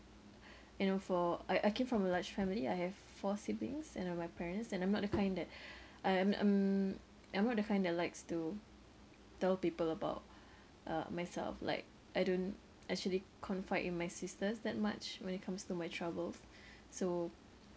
you know for I I came from a large family I have four siblings and uh my parents and I'm not the kind that I I'm I'm I'm not the kind that likes to tell people about uh myself like I don't actually confide in my sisters that much when it comes to my troubles so